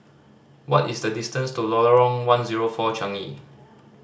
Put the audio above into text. what is the distance to Lorong One Zero Four Changi